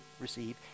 receive